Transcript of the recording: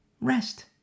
Rest